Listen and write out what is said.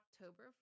October